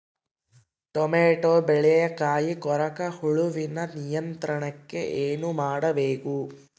Tomato ಬೆಳೆಯ ಕಾಯಿ ಕೊರಕ ಹುಳುವಿನ ನಿಯಂತ್ರಣಕ್ಕೆ ಏನು ಮಾಡಬೇಕು?